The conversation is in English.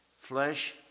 Flesh